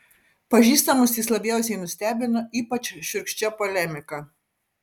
pažįstamus jis labiausiai nustebino ypač šiurkščia polemika